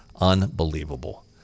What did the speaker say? Unbelievable